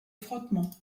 frottement